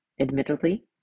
admittedly